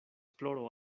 ploro